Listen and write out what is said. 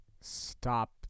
stop